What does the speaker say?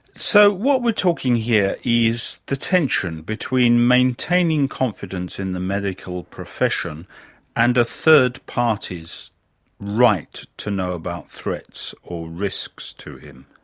so, what we're talking here is the tension between maintaining confidence in the medical profession and a third party's right to know about threats or risks to him.